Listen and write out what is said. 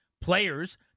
players